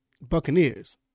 Buccaneers